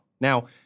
Now